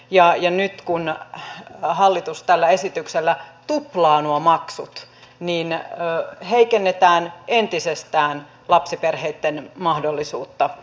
ja nyt kun hallitus tällä esityksellä tuplaa nuo maksut heikennetään entisestään lapsiperheitten mahdollisuutta saada kerhotoimintaa